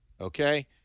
okay